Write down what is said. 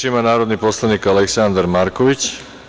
Reč ima narodni poslanik Aleksandar Marković.